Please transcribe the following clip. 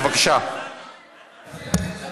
הייתה